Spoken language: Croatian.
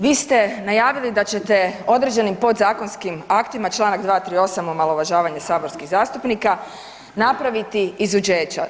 Vi ste najavili da ćete određenim podzakonskim aktima, čl. 238. omalovažavanje saborskih zastupnika, napraviti izuzeća.